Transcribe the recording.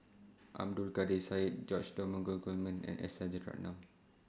Abdul Kadir Syed George Dromgold Coleman and S Rajaratnam